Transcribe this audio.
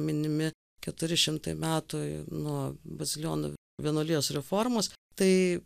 minimi keturi šimtai metų nuo bazilijonų vienuolijos reformos tai